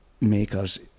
makers